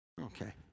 Okay